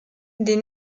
des